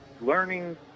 learning